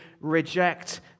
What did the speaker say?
reject